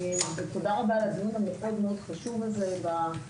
תודה רבה על הדיון המאוד מאוד חשוב הזה ברפורמה.